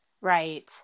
right